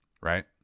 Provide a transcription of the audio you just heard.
right